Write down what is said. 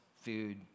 food